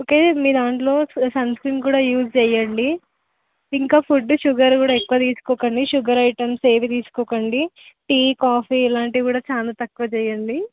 okay మీ దాంట్లో sunscreen కూడా యూజ్ చేయండి ఇంకా ఫుడ్డు షుగర్ కూడా ఎక్కువ తీసుకోకండి షూగర్ ఐటమ్స్ ఏవి తీసుకోకండి టీ కాఫీ ఇలాంటివి కూడా చాలా తక్కువ చేయండి